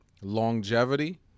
longevity